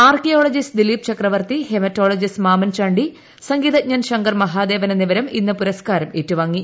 archaeologist Dilip Chakravarti haematologist Mammen ചാ ി സംഗീതജ്ഞൻ ശങ്കർ മഹാദേവൻ എന്നിവരും ഇന്ന് പുരസ്ക്കാരം ഏറ്റുവാങ്ങി